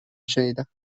شنیدم